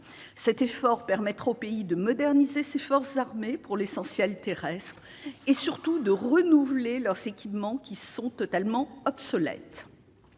Cet effort permettra au pays de moderniser ses forces armées, qui sont pour l'essentiel terrestres, et surtout de renouveler leurs équipements qui sont totalement obsolètes.